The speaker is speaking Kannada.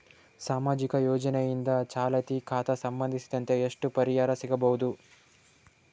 ಸಾಮಾಜಿಕ ಯೋಜನೆಯಿಂದ ಚಾಲತಿ ಖಾತಾ ಸಂಬಂಧಿಸಿದಂತೆ ಎಷ್ಟು ಪರಿಹಾರ ಸಿಗಬಹುದು?